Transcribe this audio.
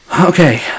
Okay